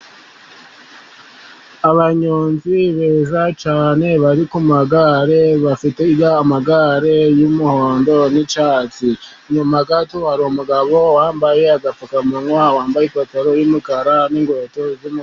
Abanyonzi beza cyane bari ku magare, bafite amagare y'umuhondo n'icyatsi. Inyuma gato hari umugabo wambaye agapfukamunwa, wambaye ipantaro y'umukara n'inkweto z'umukara.